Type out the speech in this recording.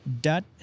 dot